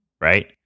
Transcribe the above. right